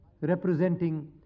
representing